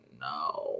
no